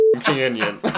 Canyon